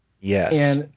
Yes